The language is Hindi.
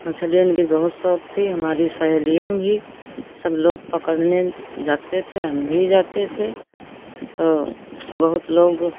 मछलियों के बहुत शौक थे हमारी सहेलियाँ भी सब लोग पकड़ने जाते थे हम भी जाते थे तो बहुत लोग